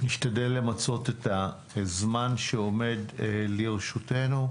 ונשתדל למצות את הזמן שעומד לרשותנו.